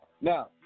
now